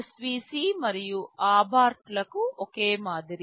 SVC మరియు ఆబ్బార్ట్ లకు ఒకే మాదిరి